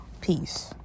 Peace